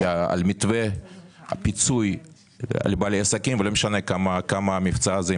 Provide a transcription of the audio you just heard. מתווה פיצוי לבעלי עסקים ולא משנה כמה זמן יימשך המבצע הזה.